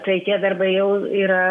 tai tie darbai jau yra